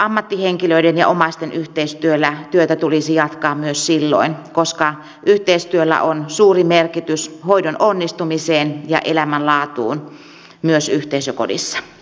ammattihenkilöiden ja omaisten yhteistyöllä työtä tulisi jatkaa myös silloin koska yhteistyöllä on suuri merkitys hoidon onnistumiselle ja elämänlaadulle myös yhteisökodissa